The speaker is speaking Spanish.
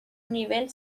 nivel